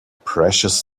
precious